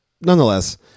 nonetheless